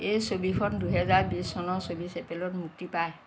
এই ছৱিখন দুহেজাৰ বিশ চনৰ চৌব্বিছ এপ্ৰিলত মুক্তি পায়